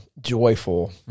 joyful